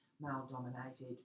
male-dominated